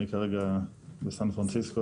אני כרגע בסן פרנסיסקו,